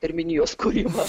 terminijos kūrimą